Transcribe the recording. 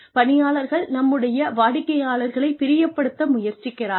பணியாளர்கள் நம்முடைய வாடிக்கையாளர்களை பிரியப்படுத்த முயற்சிக்கிறார்கள்